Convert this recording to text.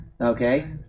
okay